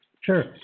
Sure